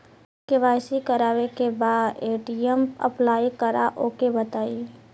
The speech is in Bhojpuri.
के.वाइ.सी करावे के बा ए.टी.एम अप्लाई करा ओके बताई?